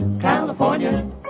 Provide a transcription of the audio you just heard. California